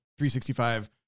365